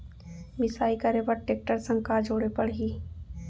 मिसाई करे बर टेकटर संग का जोड़े पड़ही?